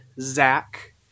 Zach